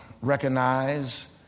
recognize